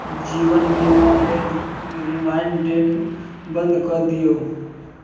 जीवन बीमा लेल रिमाइंडर बन्द कऽ दिऔ